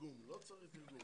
אז אמרתי, לא צריך תרגום.